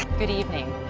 good evening.